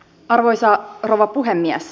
arvoisa rouva puhemies